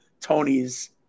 Tony's